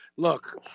Look